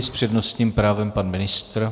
S přednostním právem pan ministr.